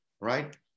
Right